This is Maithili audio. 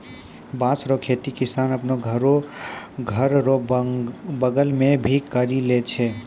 बाँस रो खेती किसान आपनो घर रो बगल मे भी करि लै छै